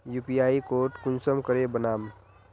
UPI code कुंसम करे बनाम?